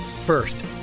First